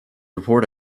report